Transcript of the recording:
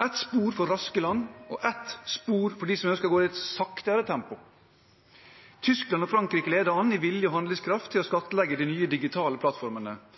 ett spor for raske land og ett spor for de som ønsker å gå i et saktere tempo. Tyskland og Frankrike leder an i vilje og handlingskraft til å skattlegge de nye digitale plattformene,